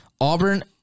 Auburn